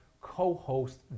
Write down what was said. co-host